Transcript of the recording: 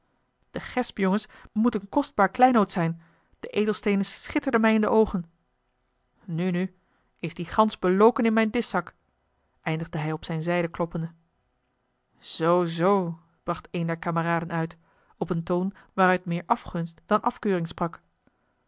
de gesp jongens moet een kostbaar kleinood zijn de edelsteenen schitterden mij in de oogen nu nu is die glans beloken in mijn dissak eindigde hij op zijne zijde kloppende zoo zoo bracht een der kameraden uit op een toon waaruit meer afgunst dan afkeuring sprak